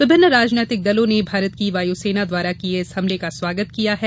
विभिन्न राजनीतिक दलों ने भारत की वायुसेना द्वारा किये इस हमले का स्वागत किया है